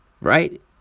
Right